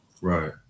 Right